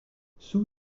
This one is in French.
sue